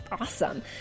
awesome